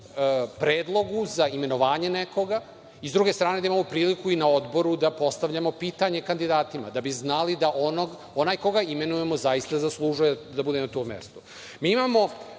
predlogu za imenovanje nekoga i sa druge strane da imamo priliku i na odboru da postavljamo pitanja kandidatima, da bi znali da onaj koga imenujemo zaista zaslužuje da bude na tom mestu. Imamo